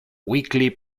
weekly